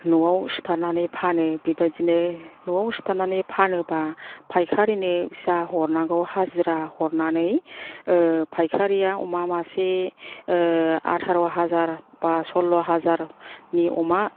न'आव सिथारनानै फानो बेबादिनो न'आव सिथारनानै फानोबा फाइखारिनो जा हरनांगौ हाजिरा हरनानै फाइखारिया अमा मासे आटार' हाजार बा सल्ल' हाजारनि अमा